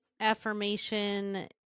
affirmation